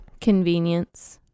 Convenience